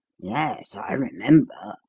yes, i remember.